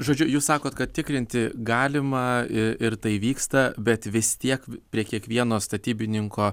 žodžiu jūs sakot kad tikrinti galima ir tai vyksta bet vis tiek prie kiekvieno statybininko